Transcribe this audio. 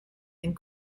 and